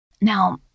Now